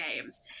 games